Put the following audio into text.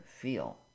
feel